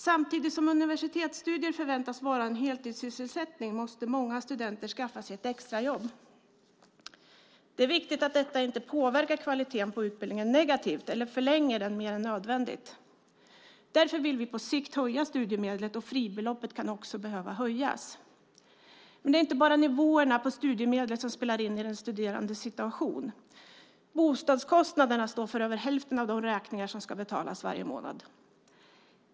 Samtidigt som universitetsstudier förväntas vara en heltidssysselsättning måste många studenter skaffa sig ett extrajobb. Det är viktigt att detta inte påverkar kvaliteten på utbildningen negativt eller förlänger den mer än nödvändigt. Därför vill vi på sikt höja studiemedlet. Fribeloppet kan också behöva höjas. Det är inte bara nivåerna på studiemedlet som spelar in i den studerandes situation. Bostadskostnaderna står för över hälften av de räkningar som ska betalas varje månad.